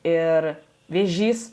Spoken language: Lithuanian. ir vėžys